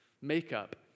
makeup